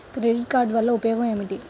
Credit card వల్ల ఉపయోగం ఏమిటీ?